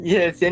Yes